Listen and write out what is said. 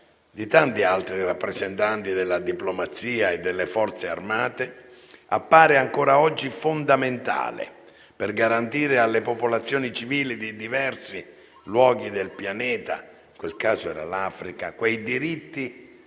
di tanti altri rappresentanti della diplomazia e delle Forze armate, appare ancora oggi fondamentale per garantire alle popolazioni civili di diversi luoghi del Pianeta - in quel caso era l'Africa - quei diritti